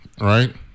Right